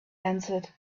answered